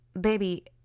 Baby